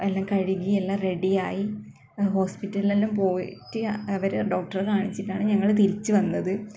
എല്ലാം കഴുകി എല്ലാം റെഡി ആയി ഹോസ്പിറ്റലില് എല്ലാം പോയിട്ട് അവരെ ഡോക്ടറെ കാണിച്ചിട്ടാണ് ഞങ്ങൾ തിരിച്ചു വന്നത്